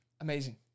amazing